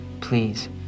please